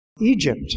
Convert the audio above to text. Egypt